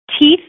Teeth